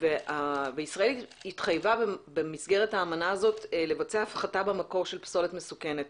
וישראל התחייבה במסגרת האמנה הזאת לבצע הפחתה במקור של פסולת מסוכנת,